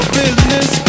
business